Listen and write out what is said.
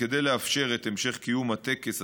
כדי לאפשר את המשך קיום הטקס,